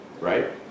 right